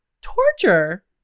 torture